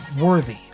worthy